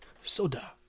soda